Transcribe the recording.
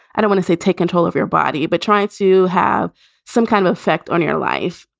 i want to say take control of your body. but trying to have some kind of effect on your life.